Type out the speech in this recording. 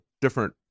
different